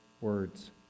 words